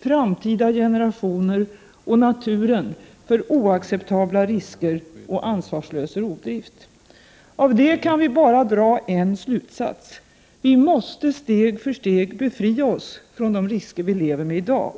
framtida generationer och naturen för oacceptabla risker och ansvarslös rovdrift. Av detta kan vi bara dra en slutsats: Vi måste steg för steg befria oss från de risker vi lever med i dag.